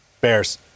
Bears